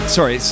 Sorry